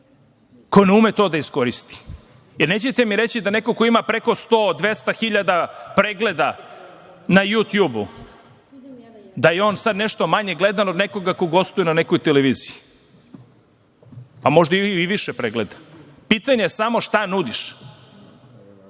ko ne ume to da iskoristi. Nećete mi reći da neko ko ima preko 100, 200 hiljada pregleda na „Jutjubu“, da je on sada nešto manje gledan od nekoga ko gostuje na nekoj televiziji, a možda i više pregleda. Pitanje je samo - šta nudiš?